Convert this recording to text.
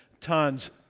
tons